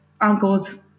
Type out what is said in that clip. uncles